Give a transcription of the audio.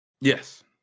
Yes